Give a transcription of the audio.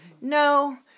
No